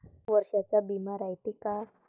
वर्षाचा बिमा रायते का?